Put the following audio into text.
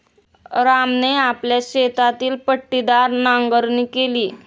रामने आपल्या शेतातील पट्टीदार नांगरणी केली